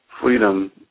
freedom